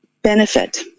Benefit